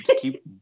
keep